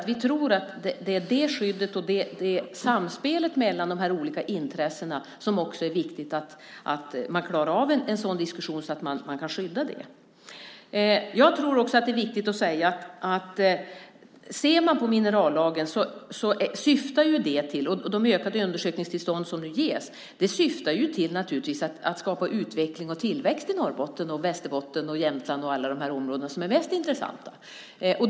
Vi tror att det skyddet och samspelet mellan de olika intressena också är viktiga och att man klarar av en sådan diskussion så att man kan skydda det. Det är också viktigt att säga att ser man på minerallagen syftar de undersökningstillstånd som nu ges till att skapa utveckling och tillväxt i Norrbotten, Västerbotten, Jämtland och alla de områden som är mest intressanta.